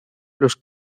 los